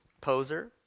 poser